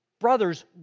Brothers